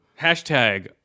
hashtag